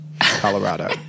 Colorado